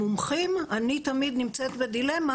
המומחים אני תמיד נמצאת בדילמה,